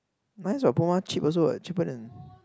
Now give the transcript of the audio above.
nice what Puma cheap also cheaper than